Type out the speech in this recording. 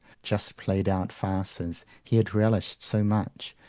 just played-out farces, he had relished so much,